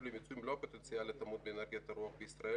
למיצוי מלוא הפוטנציאל לשימוש באנרגיית הרוח בישראל,